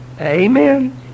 Amen